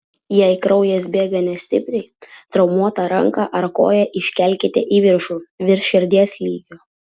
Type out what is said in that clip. jei kraujas bėga nestipriai traumuotą ranką ar koją iškelkite į viršų virš širdies lygio